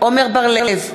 עמר בר-לב,